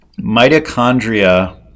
Mitochondria